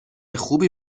خوبی